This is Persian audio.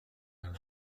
درد